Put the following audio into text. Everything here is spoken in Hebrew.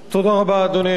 רבותי השרים,